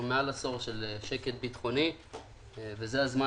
אנחנו מעל עשור עם שקט ביטחוני וזה הזמן